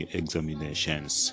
examinations